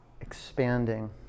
expanding